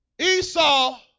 Esau